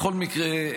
בכל מקרה,